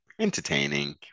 Entertaining